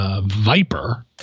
Viper